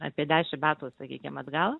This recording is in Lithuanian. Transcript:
apie dešim metų sakykim atgal